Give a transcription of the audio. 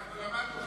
אנחנו למדנו,